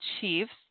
Chiefs